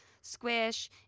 squish